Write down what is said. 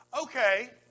Okay